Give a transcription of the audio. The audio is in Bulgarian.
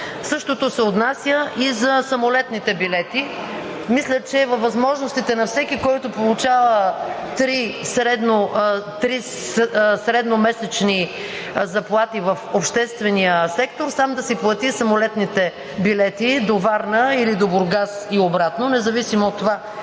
Същото се отнася и за самолетните билети. Мисля, че е във възможностите на всеки, който получава три средномесечни заплати в обществения сектор, сам да си плати самолетните билети до Варна или до Бургас и обратно, независимо от това